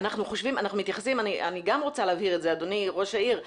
אני גם רוצה להבהיר את זה, אדוני ראש העיר.